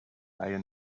reihe